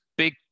Big